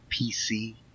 PC